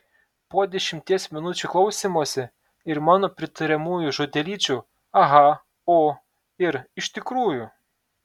po dešimties minučių klausymosi ir mano pritariamųjų žodelyčių aha o ir iš tikrųjų